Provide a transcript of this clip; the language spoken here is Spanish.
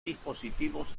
dispositivos